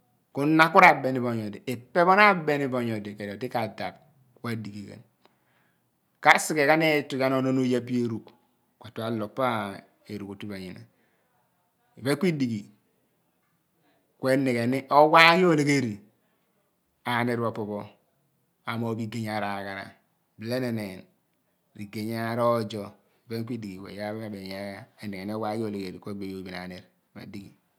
Ku na ku rabeni bo madi ka/ne abue ipe ku al. Kad apu ku ka dighi gha. Ka/ fue asghe ghan ufughan oma ado oye epe erugh ku aju alogh pa arugh ofu pho anyina ku iphem ku dighi ku enighem owa olegnen ahnu pho opo amooga bo yey a aghara bile ninin yey aroro ku iphen ku di ghi bo iyqm m abem bo mo enighen oghi owaghi oleghen a ogbi ogbi ophu ani ma dighi.